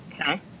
Okay